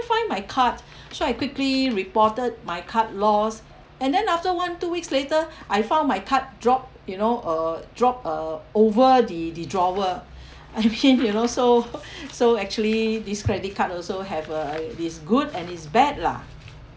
find my card so I quickly reported my card lost and then after one two weeks later I found my card drop you know uh drop uh over the the drawer I mean you know so so actually this credit card also have uh its good and its bad lah